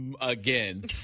Again